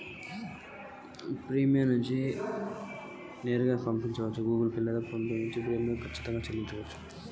నేను ప్రీమియంని నేరుగా చెల్లించాలా?